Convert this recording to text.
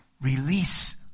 Release